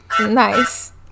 Nice